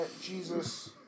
Jesus